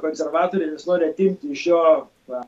konservatoriai ir vis nori atimti iš jo va